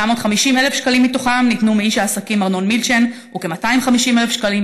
750,000 מתוכם ניתנו מאיש העסקים ארנון מילצ'ן וכ-250,000 שקלים,